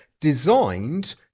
designed